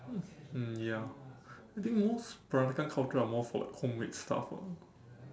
mm ya I think most peranakan culture are more for like homemade stuff ah